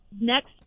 next